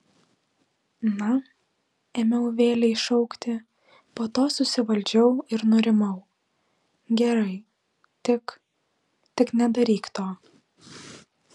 na ėmiau vėlei šaukti po to susivaldžiau ir nurimau gerai tik tik nedaryk to